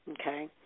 okay